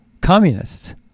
communists